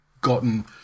gotten